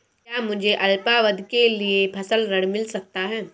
क्या मुझे अल्पावधि के लिए फसल ऋण मिल सकता है?